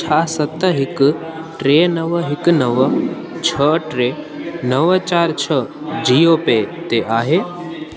छा सत हिकु टे नव हिकु नव छह टे नव चारि छह जीओ पे ते आहे